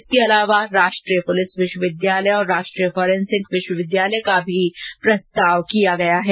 इसके अलावा राष्ट्रीय पुलिस विश्वविद्यालय और राष्ट्रीय फोरेन्सिक विश्वविद्यालय का भी प्रस्ताव है